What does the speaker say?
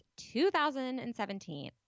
2017